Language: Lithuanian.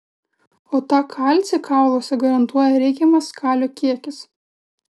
o tą kalcį kauluose garantuoja reikiamas kalio kiekis